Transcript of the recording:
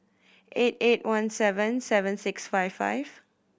eight eight one seven seven six five five